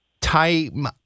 time